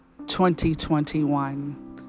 2021